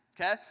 Okay